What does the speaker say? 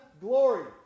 glory